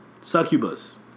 Succubus